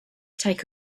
take